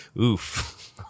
Oof